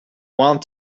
want